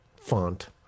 font